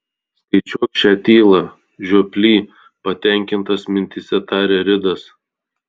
skaičiuok šią tylą žioply patenkintas mintyse tarė ridas